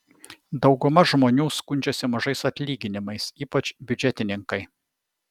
dauguma žmonių skundžiasi mažais atlyginimais ypač biudžetininkai